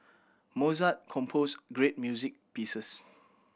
Mozart composed great music pieces